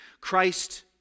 Christ